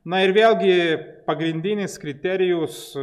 na ir vėlgi pagrindinis kriterijus